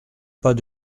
pas